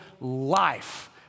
life